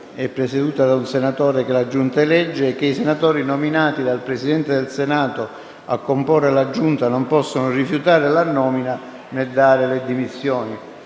è presieduta da un senatore che la Giunta elegge fra i propri membri», che «I senatori nominati dal Presidente del Senato a comporre la Giunta non possono rifiutare la nomina, né dare le dimissioni».